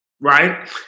right